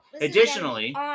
additionally